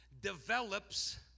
develops